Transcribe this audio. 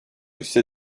ise